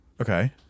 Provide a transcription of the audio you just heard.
okay